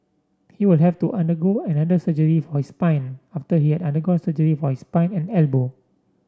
he will have to undergo another surgery for his spine after he had undergone surgery for his spine and elbow